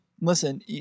Listen